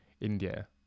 India